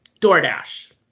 DoorDash